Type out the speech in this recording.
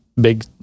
big